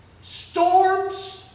storms